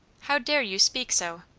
how dare you speak so?